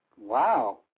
Wow